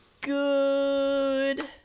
good